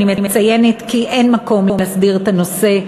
אני מציינת שאין מקום להסדיר את הנושא,